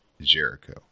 Jericho